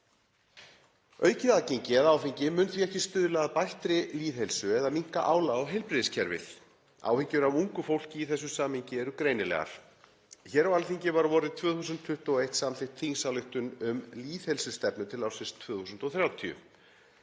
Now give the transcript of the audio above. Aukið aðgengi að áfengi mun því ekki stuðla að bættri lýðheilsu eða minnka álag á heilbrigðiskerfið. Áhyggjur af ungu fólki í þessu samhengi eru greinilegar. Hér á Alþingi var vorið 2021 samþykkt þingsályktun um lýðheilsustefnu til ársins 2030.